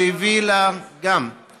שהביא, גם במגזר הבדואי?